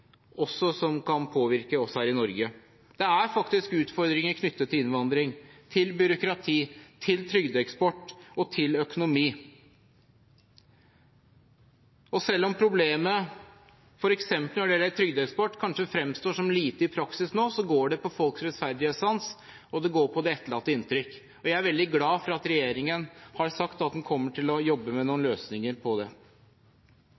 også kan påvirke oss her i Norge. Det er faktisk utfordringer knyttet til innvandring, til byråkrati, til trygdeeksport og til økonomi. Selv om problemet når det gjelder f.eks. trygdeeksport, kanskje fremstår som lite i praksis, så berører det folks rettferdighetssans og det etterlatte inntrykk. Jeg er veldig glad for at regjeringen har sagt at den kommer til å jobbe med noen